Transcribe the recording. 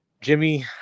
Jimmy